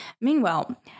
Meanwhile